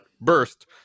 burst